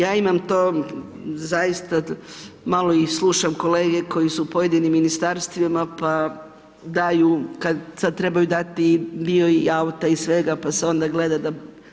Ja imam to zaista malo i slušam kolege koji su u pojedinim ministarstvima pa daju, kad trebaju dati i dio i auta i svega pa se onda gleda da…